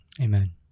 Amen